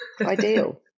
ideal